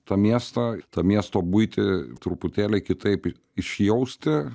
tą miestą tą miesto buitį truputėlį kitaip i išjausti